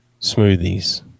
Smoothies